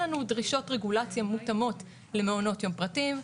להם דרישות רגולציה מותאמות למעונות יום פרטיים,